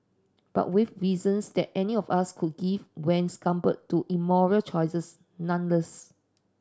but with reasons that any of us could give when succumbed to immoral choices nonetheless